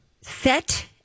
set